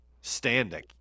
standing